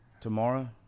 Tomorrow